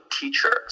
teachers